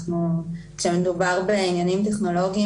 כשמדובר בעניינים טכנולוגית,